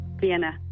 Vienna